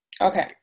okay